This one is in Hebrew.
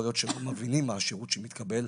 יכול להיות שלא מבינים מה השירות שמתקבל,